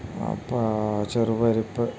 അപ്പോൾ ചെറുപരിപ്പ്